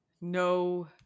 No